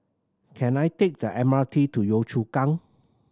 can I take the M R T to Yio Chu Kang